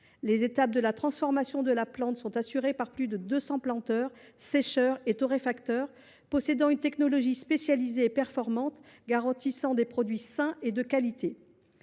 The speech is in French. Les étapes de la transformation de la plante sont assurées par plus de 200 planteurs, sécheurs et torréfacteurs, au moyen d’une technologie spécialisée et performante, qui garantit des produits sains et de qualité.